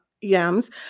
yams